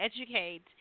educate